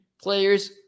players